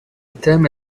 tema